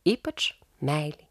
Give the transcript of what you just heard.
ypač meilei